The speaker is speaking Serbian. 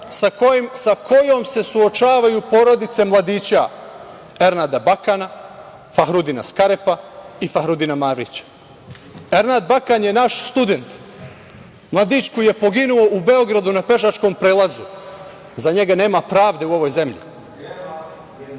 sa kojom se suočavaju porodice mladića Ernada Bakana, Fahrudina Skarepa i Fahrudina Mavrića? Ernad Bakan je naš student, mladić koji je poginuo u Beogradu na pešačkom prelazu. Za njega nema pravde u ovoj zemlji.